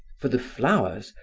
for the flowers,